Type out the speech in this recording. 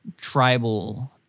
tribal